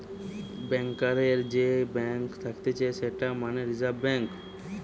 ব্যাংকারের যে ব্যাঙ্ক থাকতিছে সেটা মানে রিজার্ভ ব্যাঙ্ক